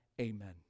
amen